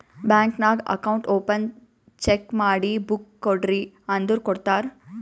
bank ನಾಗ್ account open check ಮಾಡಿ book ಕೊಡ್ರಿ ಅಂದುರ್ ಕೊಡ್ತಾರ್